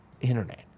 internet